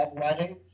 writing